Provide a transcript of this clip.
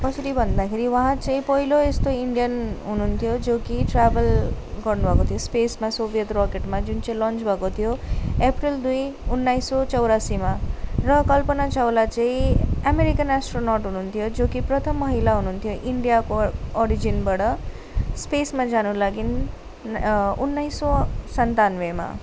कसरी भन्दाखेरि उहाँ चाहिँ पहिलो यस्तो इन्डियन हुनुहुन्थ्यो जो कि ट्राभल गर्नु भएको थियो स्पेसमा सोभियत रकेटमा जुन चाहिँ लन्च भएको थियो अप्रेल दुई उनाइस सौ चौरासिमा र कल्पना चावला चाहिँ अमेरिकन एस्ट्रोनट हुनुहुन्थ्यो जो कि प्रथम महिला हुनुहुन्थ्यो इन्डियाको अ अरिजिनबाट स्पेसमा जानुलागि उन्नाइस सौ सन्तानब्बेमा